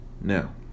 now